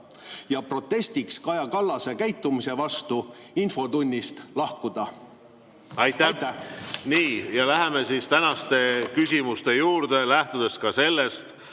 ja protestiks Kaja Kallase käitumise vastu infotunnist lahkuda. Aitäh! Nii, läheme tänaste küsimuste juurde, lähtudes ka sellest,